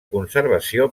conservació